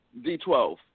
D12